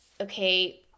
okay